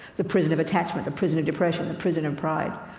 the prison of attachment, the prison of depression, the prison of pride.